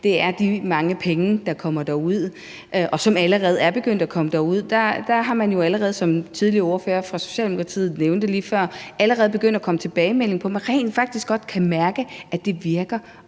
om, er de mange penge, der kommer derud, og som allerede er begyndt at komme derud. Der er jo, som ordføreren fra Socialdemokratiet nævnte lige før, allerede begyndt at komme tilbagemeldinger om, at man rent faktisk godt kan mærke, at det virker